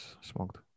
smoked